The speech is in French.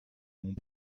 monts